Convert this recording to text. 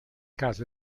caso